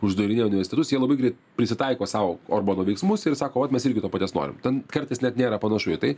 uždarinėja universitetus jie labai greit prisitaiko sau orbano veiksmus ir sako o mes irgi to paties norim ten kartais net nėra panašu į tai